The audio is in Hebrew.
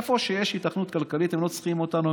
איפה שיש היתכנות כלכלית הם לא צריכים אותנו,